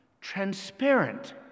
transparent